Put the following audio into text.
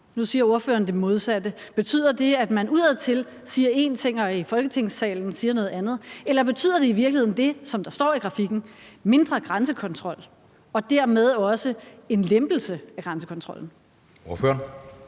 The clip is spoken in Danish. Nu siger ordføreren det modsatte. Betyder det, at man udadtil siger en ting og i Folketingssalen siger noget andet? Eller betyder det i virkeligheden det, som står i grafikken, nemlig mindre grænsekontrol og dermed også en lempelse af grænsekontrollen? Kl.